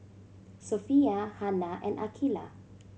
Sofea Hana and Aqilah